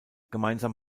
gemeinsam